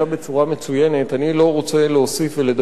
אני לא רוצה להוסיף ולדבר על העניין הזה,